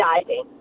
diving